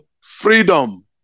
freedom